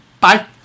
Bye